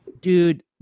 dude